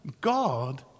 God